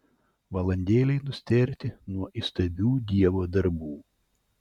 valandėlei nustėrti nuo įstabių dievo darbų